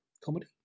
comedy